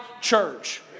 church